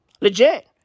Legit